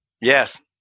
Yes